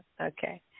Okay